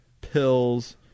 pills